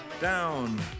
down